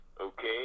Okay